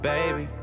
Baby